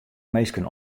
minsken